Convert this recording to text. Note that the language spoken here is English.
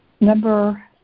number